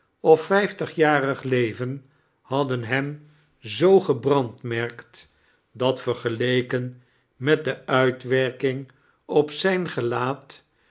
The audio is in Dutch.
of vijftig-jarig leven hadden hem zoo gebrandmerkt dat vergeleken met de uitwerking op zijn gelaat